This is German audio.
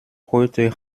heute